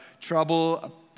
trouble